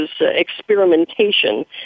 experimentation